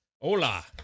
hola